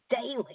daily